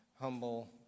humble